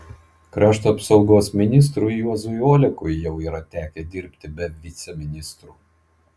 krašto apsaugos ministrui juozui olekui jau yra tekę dirbti be viceministrų